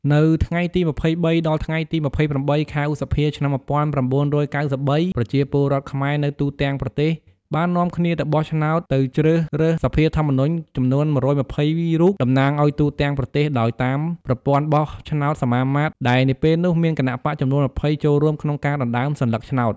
នៅថ្ងៃទី២៣ ដល់ថ្ងៃទី ២៨ ខែឧសភាឆ្នាំ១៩៩៣ ប្រជាពលរដ្ឋខ្មែរនៅទូទាំងប្រទេស បាននាំគ្នាទៅបោះឆ្នោតទៅជ្រើសរើសសភាធម្មនុញ្ញចំនួន ១២០រូបតំណាងឱ្យទូទាំងប្រទេសដោយតាមប្រព័ន្ធបោះឆ្នោតសមាមាត្រ ដែលនាពេលនោះមានគណបក្សចំនួន ២០ ចូលរួមក្នុងការដណ្តើមសន្លឹកឆ្នោត។